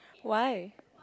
why